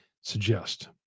suggest